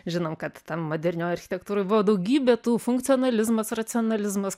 žinom kad modernioj architektūroj buvo daugybė tų funkcionalizmas racionalizmas